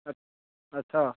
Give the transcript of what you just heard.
अच्छ अच्छाऽ